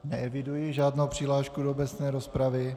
Neeviduji žádnou přihlášku do obecné rozpravy.